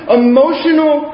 emotional